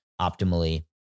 optimally